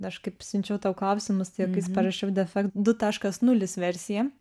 aš kaip siunčiau tau klausimus tai juokais parašiau defek du taškas nulis versija